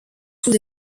sous